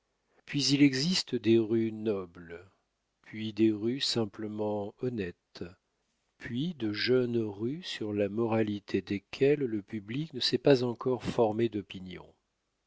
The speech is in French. puis il existe des rues nobles puis des rues simplement honnêtes puis de jeunes rues sur la moralité desquelles le public ne s'est pas encore formé d'opinion